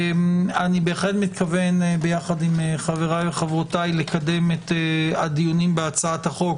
אני בהחלט מתכוון יחד עם חבריי וחברותיי לקדם את הדיונים בהצעת החוק,